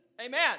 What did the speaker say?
Amen